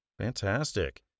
Fantastic